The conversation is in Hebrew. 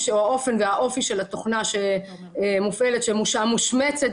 ואופי התוכנה תומקס שמופעלת ו"מושמצת",